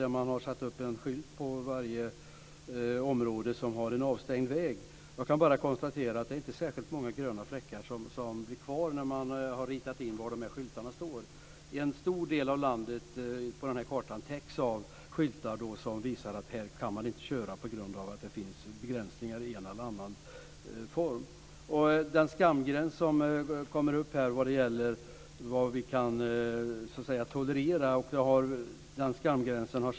Varje område som har en avstängd väg har markerats med en skylt. Jag kan bara konstatera att det inte blir särskilt många gröna fläckar kvar när man har ritat in skyltarna.